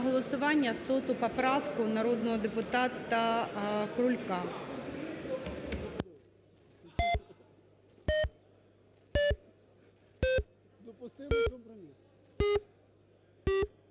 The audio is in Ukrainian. голосування 100 поправку народного депутата Крулька.